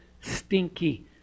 stinky